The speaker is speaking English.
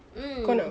mm